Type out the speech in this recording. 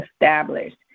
established